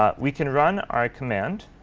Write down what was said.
ah we can run our command.